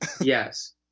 yes